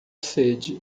sede